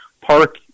park